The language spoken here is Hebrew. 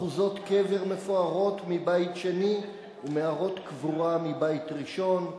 אחוזות קבר מפוארות מימי בית שני ומערות קבורה מימי בית ראשון,